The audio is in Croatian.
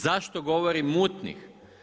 Zašto govorim mutnih?